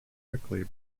quickly